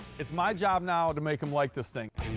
it's my job now to make him like this thing.